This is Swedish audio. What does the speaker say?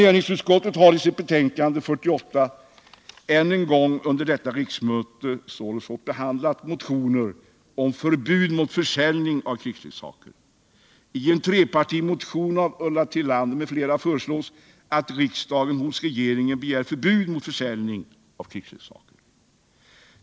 Näringsutskottet har under detta riksmöte i sitt betänkande nr 48 än en gång fått behandla motioner om förbud mot försäljning av krigsleksaker. Den ena är en trepartimotion av Ulla Tillander m.fl.